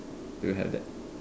do you have that